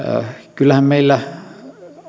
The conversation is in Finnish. kyllähän meillä